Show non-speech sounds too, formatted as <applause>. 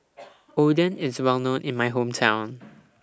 <noise> Oden IS Well known in My Hometown